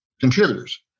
contributors